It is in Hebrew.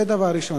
זה דבר ראשון.